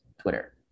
Twitter